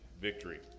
victory